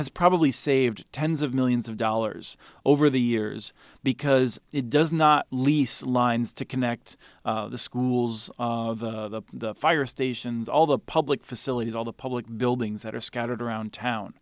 has probably saved tens of millions of dollars over the years because it does not lease lines to connect the schools the fire stations all the public facilities all the public buildings that are scattered around town